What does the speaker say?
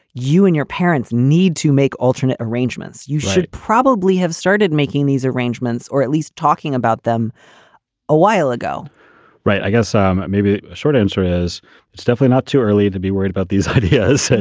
you and your parents need to make alternate arrangements. you should probably have started making these arrangements or at least talking about them a while ago right. i guess ah um maybe the short answer is stuff. we're not too early to be worried about these ideas.